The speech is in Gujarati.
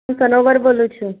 હું કનોવર બોલું છું